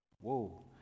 Whoa